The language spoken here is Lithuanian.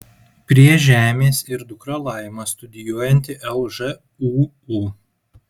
prie žemės ir dukra laima studijuojanti lžūu